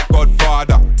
Godfather